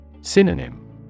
Synonym